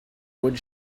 wood